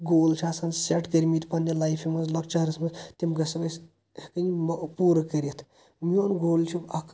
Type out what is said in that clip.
گول چھِ آسان سیٚٹ کٔرمٕتۍ پننہِ لایفہِ منٛز لۄکچارَس منٛز تِم گژھن أسۍ مۄ پوٗرٕ کٔرِتھ میون گول چھُ اکھ